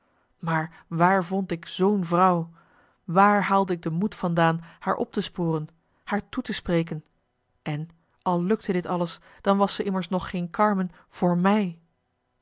maar waar vond ik zoo'n vrouw waar haalde ik de moed van daan haar op te sporen haar toe te spreken en al lukte dit alles dan was ze immers nog geen carmen voor mij